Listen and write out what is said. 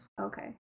Okay